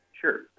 Sure